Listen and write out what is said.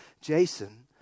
Jason